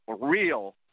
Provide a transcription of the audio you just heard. real